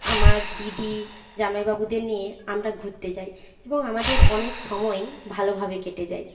আমার দিদি জামাইবাবুদের নিয়ে আমরা ঘুরতে যাই এবং আমাদের অনেক সময়ই ভালোভাবে কেটে যায়